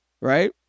right